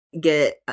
get